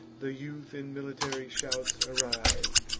the youth in military shouts arise,